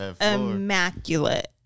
immaculate